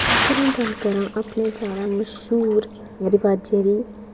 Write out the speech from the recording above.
अगर अ'ऊं गल्ल करां अपने ज्यादा मश्हूर रवाजें दी